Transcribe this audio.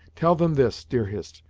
tell them this, dear hist,